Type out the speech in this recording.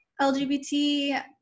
LGBT